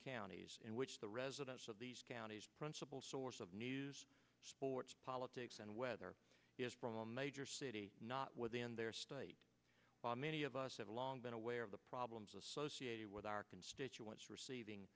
counties in which the residents of these counties principal source of news sports politics and weather from a major city not within their state many of us have long been aware of the problems associated with our constituents receiving